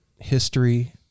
history